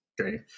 okay